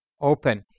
open